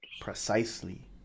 precisely